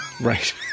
Right